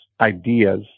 ideas